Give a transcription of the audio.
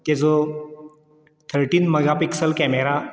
KJo thirteen megapixel camera